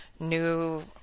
new